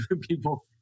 people